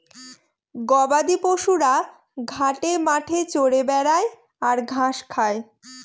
গবাদি পশুরা ঘাটে মাঠে চরে বেড়ায় আর ঘাস খায়